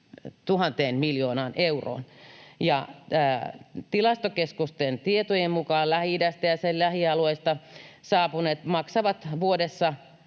1 000 miljoonaan euroon. Ja Tilastokeskuksen tietojen mukaan Lähi-idästä ja sen lähialueilta saapuneet maksavat vuodessa